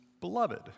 beloved